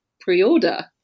pre-order